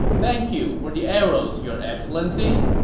thank you for the arrows, your excellency!